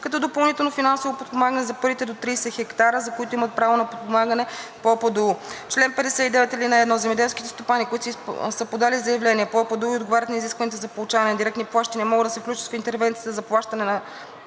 като допълнително финансово подпомагане за първите до 30 хектара, за които имат право на подпомагане по ОПДУ. Чл. 59. (1) Земеделските стопани, които са подали заявление по ОПДУ и отговарят на изискванията за получаване на директни плащания, могат да се включат в интервенцията за плащане за